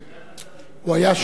הוא היה שגריר, וגם